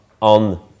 on